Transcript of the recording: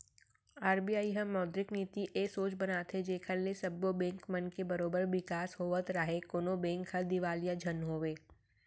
RBI ह मौद्रिक नीति ए सोच बनाथे जेखर ले सब्बो बेंक मन के बरोबर बिकास होवत राहय कोनो बेंक ह दिवालिया झन होवय